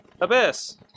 Abyss